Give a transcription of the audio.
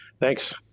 Thanks